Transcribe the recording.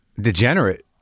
Degenerate